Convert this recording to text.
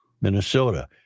Minnesota